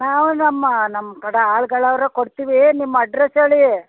ನಮ್ಮ ನಮ್ಮ ಕಡೆ ಆಳ್ಗಳು ಅವ್ರೇ ಕೊಡ್ತೀವಿ ನಿಮ್ಮ ಅಡ್ರಸ್ ಹೇಳಿ